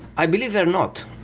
i believe they're not,